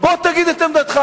בוא תגיד את עמדתך.